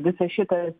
visas šitas